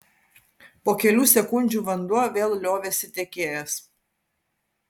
po kelių sekundžių vanduo vėl liovėsi tekėjęs